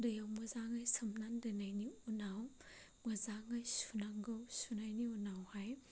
दैआव मोजाङै सोमनानै दोननायनि उनाव मोजाङै सुनांगौ सुनायनि उनावहाय